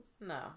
No